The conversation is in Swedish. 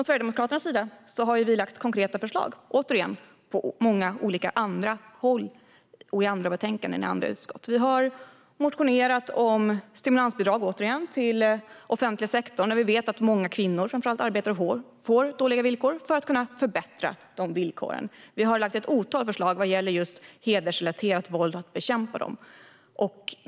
Sverigedemokraterna har lagt fram konkreta förslag på många håll och i andra betänkanden i andra utskott. Vi har motionerat om stimulansbidrag till offentliga sektorn, där många kvinnor arbetar och har dåliga villkor, för att förbättra villkoren. Vi har lagt fram ett otal förslag för att bekämpa hedersrelaterat våld.